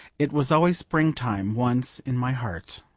it was always springtime once in my heart.